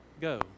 go